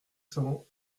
cents